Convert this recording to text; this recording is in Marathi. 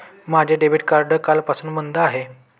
माझे डेबिट कार्ड कालपासून बंद आहे